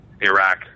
Iraq